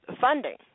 funding